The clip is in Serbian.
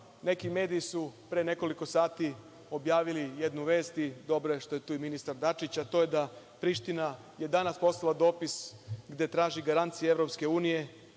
neki mediji su pre nekoliko sati objavili jednu vest. Dobro je što je tu i ministar Dačić, a to je da Priština je danas poslala dopis gde traži garancije EU